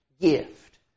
gift